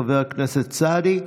חבר הכנסת סעדי,